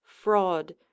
fraud